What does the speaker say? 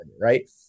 right